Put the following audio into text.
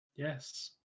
Yes